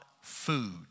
food